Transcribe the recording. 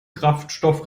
kraftstoff